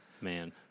Man